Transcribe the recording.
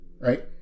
right